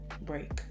break